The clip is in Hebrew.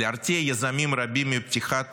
יזמים רבים מפתיחת